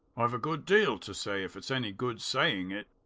i've a good deal to say if it's any good saying it.